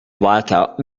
blackout